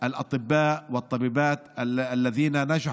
כל הכבוד לרופאים, לאחים ולאחיות.